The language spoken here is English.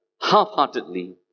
half-heartedly